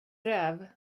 räv